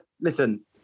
listen